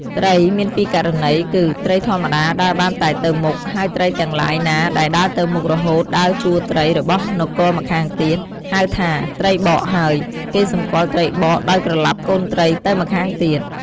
ត្រី មានពីរករណី គឺ ត្រីធម្មតាដើរបានតែទៅមុខ ហើយត្រីទាំងឡាយណាដែលដើរទៅមុខរហូតដល់ជួរត្រីរបស់នគរម្ខាងទៀត ហៅថា ត្រីបកហើយ គេសម្គាល់ត្រីបក ដោយក្រឡាប់កូនត្រីទៅម្ខាងទៀត